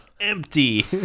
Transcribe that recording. Empty